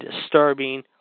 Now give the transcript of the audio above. disturbing